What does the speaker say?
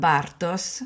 Bartos